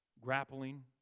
grappling